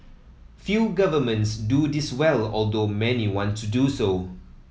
few governments do this well although many want to do so